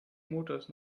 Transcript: motors